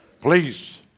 Please